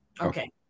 Okay